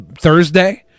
Thursday